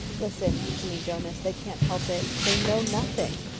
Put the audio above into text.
listen to me, jonas. they can't help it. they know nothing.